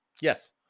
Yes